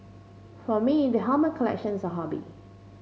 for me the helmet collection is a hobby